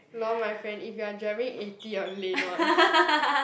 lol my friend if you're driving eighty on lane one